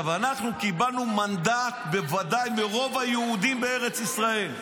אנחנו קיבלנו מנדט בוודאי מרוב היהודים בארץ ישראל.